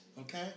okay